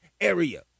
area